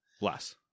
Less